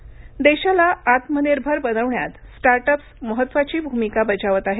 startup देशाला आत्मनिर्भर बनवण्यात स्टार्टअप्स महत्त्वाची भूमिका बजावत आहे